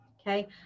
okay